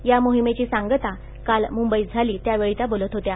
या मोहिमेची सांगता काल मुंबईत झाली यावेळी या बोलत हो या